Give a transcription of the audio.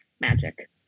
magic